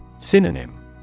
Synonym